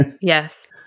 yes